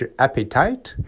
appetite